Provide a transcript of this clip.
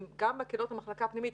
הן גם מקלות במחלקה פנימית,